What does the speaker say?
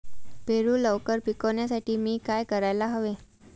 पेरू लवकर पिकवण्यासाठी मी काय करायला हवे?